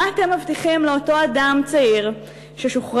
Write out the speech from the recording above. מה אתם מבטיחים לאותו אדם צעיר ששוחרר,